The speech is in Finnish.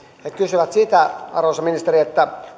he kyselevät sitä arvoisa ministeri